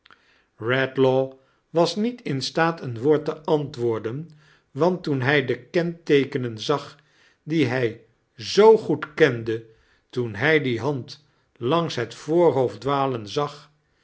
redlaw was niet in staat een woord te antwoorden want toen hij de kenteekenen zag die hij zoo goed kende toen hij die hand langs het voorhoofd dwalen zag